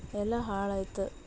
ಎಲ್ಲ ಹಾಳಾಯ್ತು